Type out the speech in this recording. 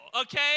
okay